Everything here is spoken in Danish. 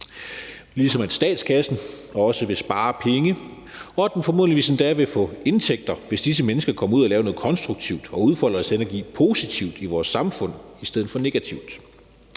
ligesom at statskassen også vil spare penge, og at den formodentlig endda vil få indtægter, hvis disse mennesker kommer ud og laver noget konstruktivt og udfolder deres energi positivt i vores samfund i stedet for negativt.